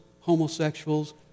homosexuals